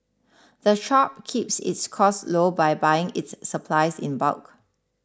the shop keeps its costs low by buying its supplies in bulk